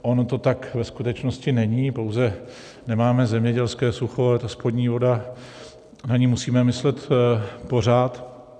Ono to tak ve skutečnosti není, pouze nemáme zemědělské sucho, ale ta spodní voda, na ni musíme myslet pořád.